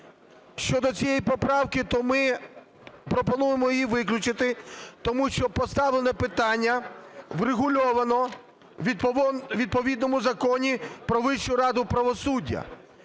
Щодо цієї поправки, то ми пропонуємо її виключити, тому що поставлене питання врегульовано у відповідному Законі "Про Вищу раду правосуддя",